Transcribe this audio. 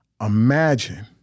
Imagine